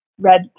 red